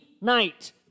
night